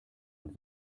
und